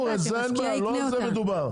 עם זה אין בעיה.